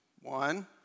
One